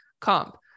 comp